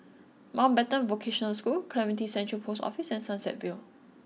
Mountbatten Vocational School Clementi Central Post Office and Sunset Vale